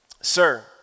Sir